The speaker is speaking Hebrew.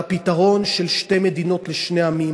שהפתרון של שתי מדינות לשני עמים,